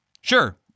Sure